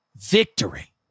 victory